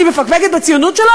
אני מפקפקת בציונות שלו?